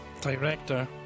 director